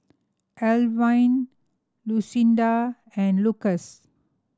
Alwine Lucinda and Lucas